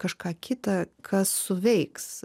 kažką kita kas suveiks